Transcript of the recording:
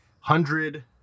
Hundred